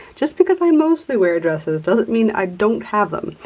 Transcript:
just because i mostly wear dresses, doesn't mean i don't have them.